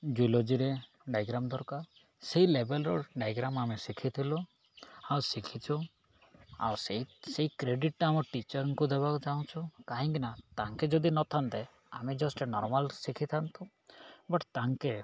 ଜୁଲୋଜିରେ diagram ଦରକାର ସେଇ ଲେଭେଲ୍ର ଡ଼ାଇଗ୍ରାମ୍ ଆମେ ଶିଖିଥିଲୁ ଆଉ ଶିଖିଛୁ ଆଉ ସେଇ ସେଇ କ୍ରେଡ଼ିଟ୍ଟା ଆମ ଟିଚର୍ଙ୍କୁ ଦେବାକୁ ଚାହୁଁଛୁ କାହିଁକିନା ତାଙ୍କେ ଯଦି ନଥାନ୍ତେ ଆମେ ଜଷ୍ଟ ନର୍ମାଲ୍ ଶିଖିଥାନ୍ତୁ ବଟ୍ ତାଙ୍କେ